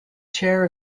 chair